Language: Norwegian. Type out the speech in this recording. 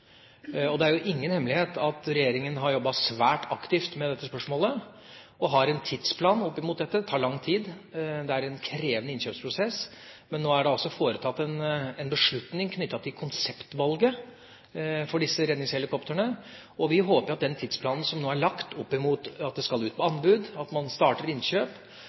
Det er jo ingen hemmelighet at regjeringa har jobbet svært aktivt med dette spørsmålet, og har en tidsplan opp mot dette. Det tar lang tid. Det er en krevende innkjøpsprosess, men nå er det altså foretatt en beslutning knyttet til konseptvalget for disse redningshelikoptrene. Vi håper at den tidsplanen som nå er lagt opp mot at dette skal ut på anbud, at man starter innkjøp,